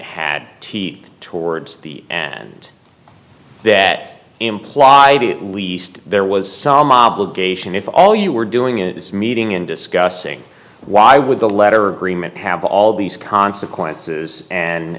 t towards the end that implied it least there was some obligation if all you were doing it was meeting in discussing why would the letter agreement have all these consequences and